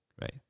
Right